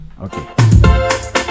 okay